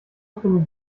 findet